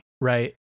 right